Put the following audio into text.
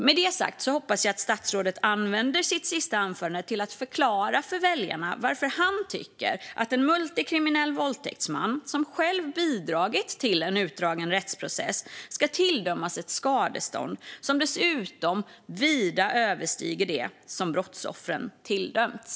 Med detta sagt hoppas jag att statsrådet använder sitt sista anförande till att förklara för väljarna varför han tycker att en multikriminell våldtäktsman som själv har bidragit till en utdragen rättsprocess ska tilldömas ett skadestånd som dessutom vida överstiger det som brottsoffren tilldömts.